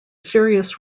serious